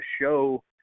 show